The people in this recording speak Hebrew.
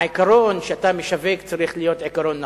העיקרון שאתה משווק צריך להיות עיקרון נכון,